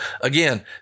Again